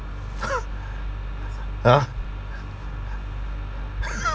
uh